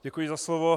Děkuji za slovo.